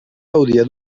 gaudia